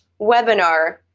webinar